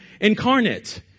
incarnate